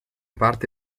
parte